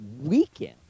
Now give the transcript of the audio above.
weekend